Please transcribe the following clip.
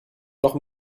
noch